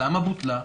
למה בוטלה?